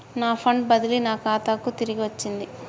నా ఫండ్ బదిలీ నా ఖాతాకు తిరిగచ్చింది